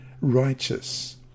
righteous